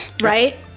Right